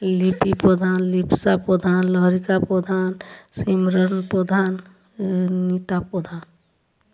Lipi Pradhan Lipsa Pradhan Laharika Pradhan Simran Pradhan Nita Pradhan